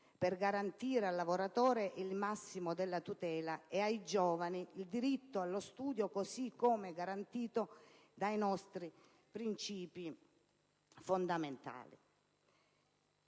per garantire al lavoratore il massimo della tutela e ai giovani il diritto allo studio così come garantito dai nostri principi fondamentali.